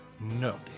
No